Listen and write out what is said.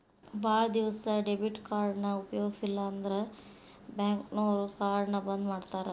ಭಾಳ್ ದಿವಸ ಡೆಬಿಟ್ ಕಾರ್ಡ್ನ ಉಪಯೋಗಿಸಿಲ್ಲಂದ್ರ ಬ್ಯಾಂಕ್ನೋರು ಕಾರ್ಡ್ನ ಬಂದ್ ಮಾಡ್ತಾರಾ